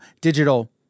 digital